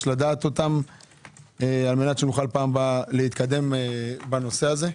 לדעת אותן כדי שנוכל פעם הבאה להתקדם בנושא הזה.